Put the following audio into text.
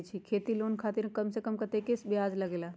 खेती लोन खातीर कम से कम कतेक ब्याज लगेला?